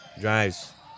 drives